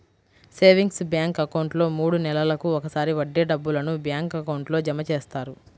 savings bank అకౌంట్లో మూడు నెలలకు ఒకసారి వడ్డీ డబ్బులను బ్యాంక్ అకౌంట్లో జమ చేస్తారు